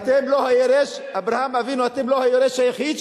אברהם לא קנה מהם את הקבר של